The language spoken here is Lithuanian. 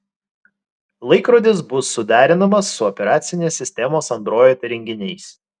laikrodis bus suderinamas su operacinės sistemos android įrenginiais